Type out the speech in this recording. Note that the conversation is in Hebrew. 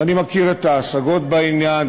ואני מכיר את ההשגות בעניין,